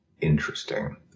interesting